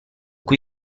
cui